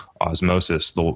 osmosis